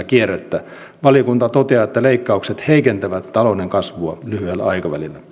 kierrettä valiokunta toteaa että leikkaukset heikentävät talouden kasvua lyhyellä aikavälillä